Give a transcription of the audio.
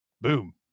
Boom